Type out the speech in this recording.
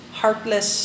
heartless